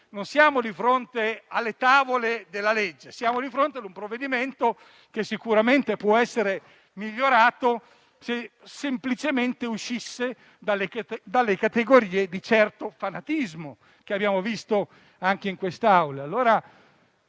non siamo di fronte alle Tavole della Legge. Siamo di fronte a un provvedimento che sicuramente può essere migliorato se semplicemente uscisse dalle categorie di certo fanatismo che abbiamo visto anche in quest'Aula.